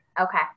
Okay